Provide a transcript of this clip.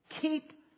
keep